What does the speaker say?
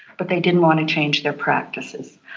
but they didn't want to change their practices.